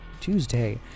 tuesday